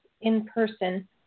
in-person